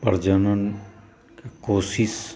प्रजननके कोशिश